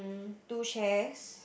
two chairs